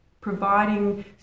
providing